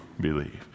believe